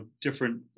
different